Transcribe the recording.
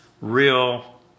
real